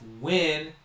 Win